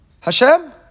Hashem